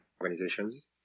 organizations